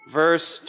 verse